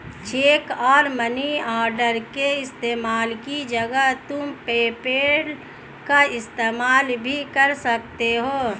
check और money order के इस्तेमाल की जगह तुम पेपैल का इस्तेमाल भी कर सकती हो